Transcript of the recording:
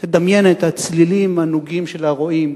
תדמיין את הצלילים הנוגים של הרועים.